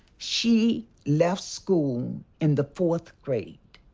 she left school in the fourth grade,